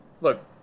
Look